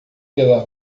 pela